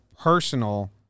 personal—